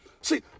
See